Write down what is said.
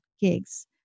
gigs